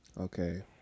Okay